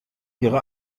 ihre